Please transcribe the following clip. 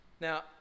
Now